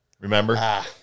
remember